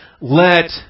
let